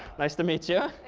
nice to meet you.